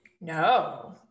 No